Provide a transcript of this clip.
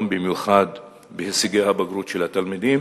במיוחד בהישגי הבגרות של התלמידים,